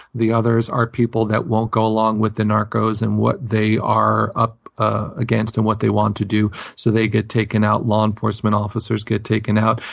the others are people that won't go along with the narcos and what they are up against and what they want to do. so they get taken out. law enforcement officers get taken out.